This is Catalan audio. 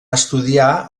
estudiar